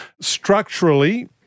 Structurally